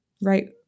right